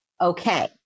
Okay